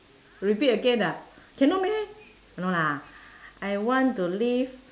repeat again ah cannot meh no lah I want to live